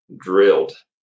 drilled